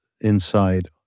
inside